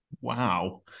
Wow